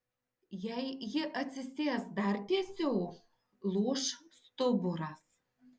jei ji atsisės dar tiesiau lūš stuburas